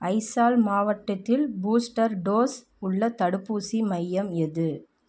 அய்சால் மாவட்டத்தில் booster dose உள்ள தடுப்பூசி மையம் எது